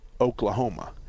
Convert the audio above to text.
Oklahoma